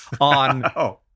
on